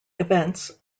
events